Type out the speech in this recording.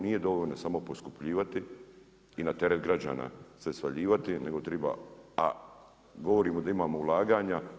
Nije dovoljno samo poskupljivati i na teret građana sve svaljivati, nego triba, a govorimo da imamo ulaganja.